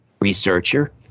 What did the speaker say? researcher